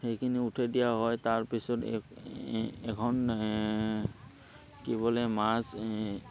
সেইখিনি উঠেই দিয়া হয় তাৰপিছত এখন কি বোলে মাছ